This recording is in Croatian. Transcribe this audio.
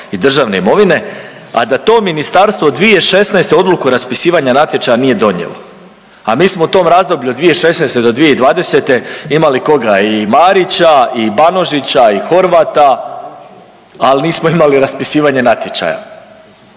i državne imovine, a da to ministarstvo od 2016. odluku o raspisivanju natječaja nije donijelo, a mi smo u tom razdoblju od 2016. do 2020. imali koga, i Marića i Banožića i Horvata, al nismo imali raspisivanje natječaja.